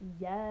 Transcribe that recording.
Yes